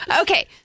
Okay